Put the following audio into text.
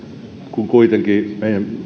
kun kuitenkin meidän